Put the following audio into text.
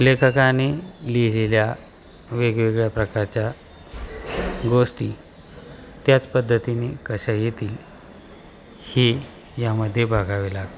लेखकाने लिहिलेल्या वेगवेगळ्या प्रकारच्या गोष्टी त्याच पद्धतीने कशा येतील ही यामध्ये बघावे लागते